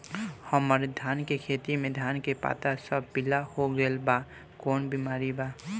हमर धान के खेती में धान के पता सब पीला हो गेल बा कवनों बिमारी बा का?